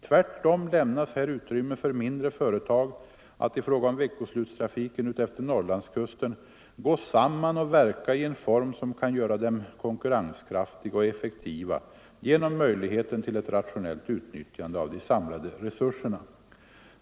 Tvärtom lämnas här utrymme för mindre företag att i fråga om veckoslutstrafiken utefter Norrlandskusten gå samman och verka i en form som kan göra dem konkurrenskraftiga och effektiva genom möjligheten till ett rationellt utnyttjande av de samlade resurserna.